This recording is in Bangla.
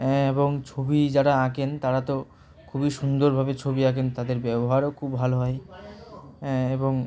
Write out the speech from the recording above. অ্যাঁ এবং ছবি যারা আঁকেন তারা তো খুবই সুন্দরভাবে ছবি আঁকেন তাদের ব্যবহারও খুব ভালো হয় হ্যাঁ এবং